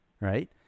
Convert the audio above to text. Right